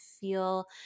feel